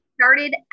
started